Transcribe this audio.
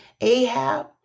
Ahab